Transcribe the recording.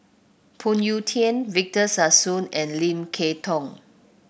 Phoon Yew Tien Victor Sassoon and Lim Kay Tong